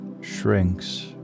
shrinks